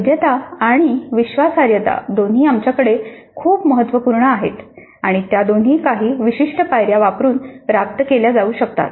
वैधता आणि विश्वासार्हता दोन्ही आमच्यासाठी खूप महत्त्वपूर्ण आहेत आणि त्या दोन्ही काही विशिष्ट पायऱ्या वापरून प्राप्त केल्या जाऊ शकतात